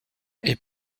est